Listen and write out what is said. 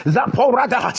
Zaporada